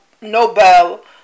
Nobel